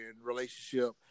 relationship